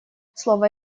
слово